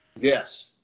Yes